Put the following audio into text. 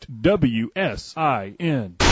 WSIN